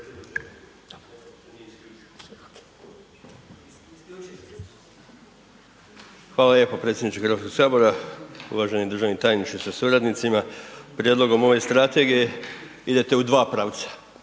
Hvala lijepo predsjedniče Hrvatskog sabora, uvaženi državni tajniče sa suradnicima. Prijedlogom ove Strategije idete u dva pravca,